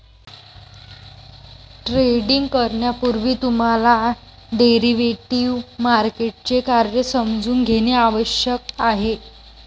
trading करण्यापूर्वी तुम्हाला derivative मार्केटचे कार्य समजून घेणे आवश्यक आहे